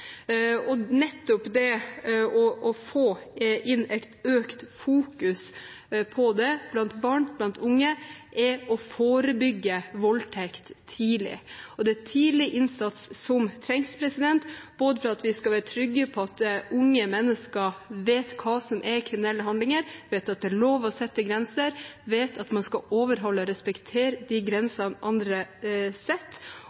Nettopp det å fokusere mer på dette blant barn og unge er å forebygge voldtekt tidlig. Det er tidlig innsats som trengs, både for at vi skal være trygge på at unge mennesker vet hva som er kriminelle handlinger, vet at det er lov å sette grenser, og vet at man skal overholde og respektere de